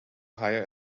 higher